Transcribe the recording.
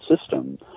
system